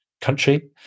country